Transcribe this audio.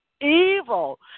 evil